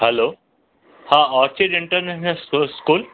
हलो हा orchid international school school